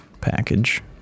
package